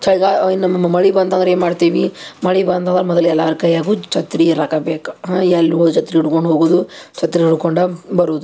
ಚಳ್ಗಾ ಇನ್ ಮಳೆ ಬಂತಂದ್ರೆ ಏನು ಮಾಡ್ತೀವಿ ಮಳೆ ಬಂತಂದ್ರೆ ಮೊದಲು ಎಲ್ಲಾರ ಕೈಯಾಗೂ ಛತ್ರಿ ಇರಕ್ಕ ಬೇಕು ಎಲ್ಲಿ ಹೋದ್ರೆ ಛತ್ರಿ ಹಿಡ್ಕೊಂಡು ಹೋಗುವುದು ಛತ್ರಿ ಹಿಡ್ಕೊಂಡೇ ಬರುವುದು